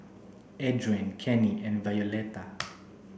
Adrain Kenny and Violetta